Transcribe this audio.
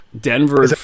Denver